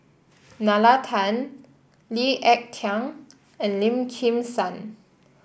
Nalla Tan Lee Ek Tieng and Lim Kim San